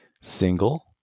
single